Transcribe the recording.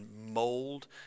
mold